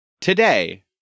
today